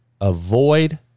avoid